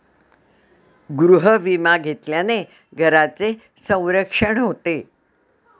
गृहविमा घेतल्याने घराचे संरक्षण होते